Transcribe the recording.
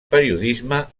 periodisme